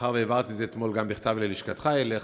מאחר שהעברתי את זה אתמול גם בכתב ללשכתך, אליך.